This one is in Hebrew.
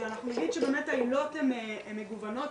ואנחנו נגיד שבאמת העילות הן מגוונות,